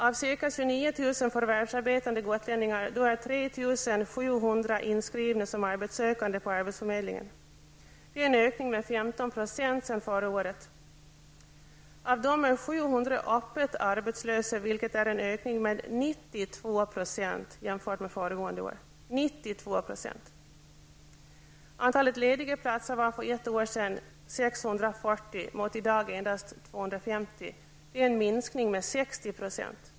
Av ca 29 000 förvärvsarbetande gotlänningar är 3 700 inskrivna som arbetssökande på arbetsförmedlingen, en ökning med 15 % sedan förra året. Av dem är 700 öppet arbetslösa, vilket är en ökning med 92 % jämfört med förra året -- jag upprepar: 92 %. Antalet lediga platser var för ett år sedan 640 mot i dag endast 250, en minskning med 60 %.